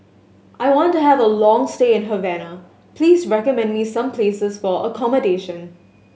I want to have a long stay in Havana please recommend me some places for accommodation